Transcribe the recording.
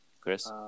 Chris